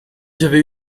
j’avais